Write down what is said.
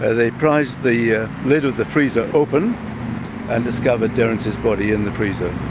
they prized the lid of the freezer open and discovered derrance's body in the freezer.